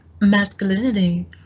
masculinity